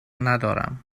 ندارم